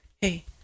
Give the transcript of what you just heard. Hey